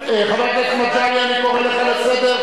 במדינות שנמצאות במצב שהן נמצאות,